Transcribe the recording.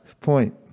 point